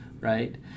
right